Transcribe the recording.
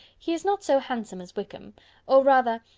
he is not so handsome as wickham or, rather,